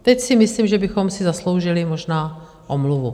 Teď si myslím, že bychom si zasloužili možná omluvu.